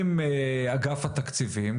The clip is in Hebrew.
עם אגף התקציבים,